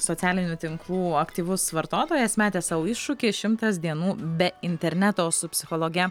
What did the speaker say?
socialinių tinklų aktyvus vartotojas metęs sau iššūkį šimtas dienų be interneto o su psichologe